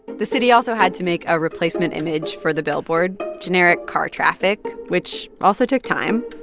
the city also had to make a replacement image for the billboard generic car traffic which also took time.